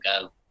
go